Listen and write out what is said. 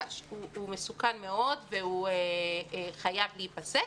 הוא מסוכן מאוד והוא חייב להיפסק,